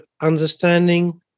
understanding